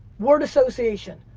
word association,